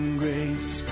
grace